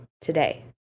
today